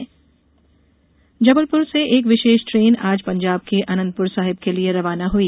प्रकाशपर्व विशेष ट्रेन जबलपुर से एक विशेष ट्रेन आज पंजाब के आनंदपुर साहिब के लिये रवाना हुई